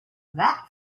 that